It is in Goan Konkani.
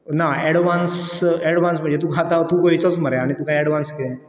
ना एडवांस म्हणजे तुका तूं गोंयचोच मरे आनी तुका एडवांस किदें